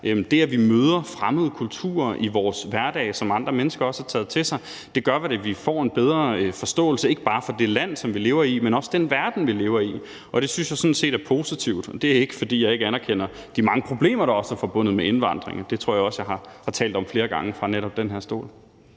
Det, at vi møder fremmede kulturer i vores hverdag, som andre mennesker også har taget til sig, gør, at vi får en bedre forståelse, ikke bare for det land, som vi lever i, men også den verden, vi lever i, og det synes jeg sådan set er positivt. Det er ikke, fordi jeg ikke anerkender de mange problemer, der også er forbundet med indvandringen. Det tror jeg også jeg har talt om flere gange fra netop den her stol.